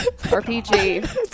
RPG